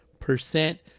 percent